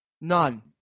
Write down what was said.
None